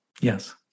Yes